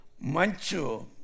Manchu